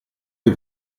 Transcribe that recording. dei